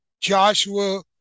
Joshua